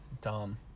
Dumb